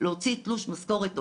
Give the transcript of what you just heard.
להוציא תלוש משכורת,